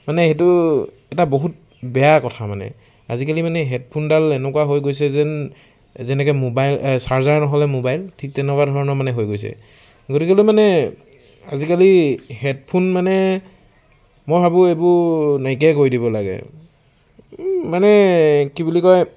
মানে সেইটো এটা বহুত বেয়া কথা মানে আজিকালি মানে হেডফোনডাল এনেকুৱা হৈ গৈছে যেন যেনেকৈ মোবাইল চাৰ্জাৰ নহ'লে মোবাইল ঠিক তেনকুৱা ধৰণৰ মানে হৈ গৈছে গতিকেলৈ মানে আজিকালি হেডফোন মানে মই ভাবো এইবোৰ নাইকিয়াই কৰি দিব লাগে মানে কি বুলি কয়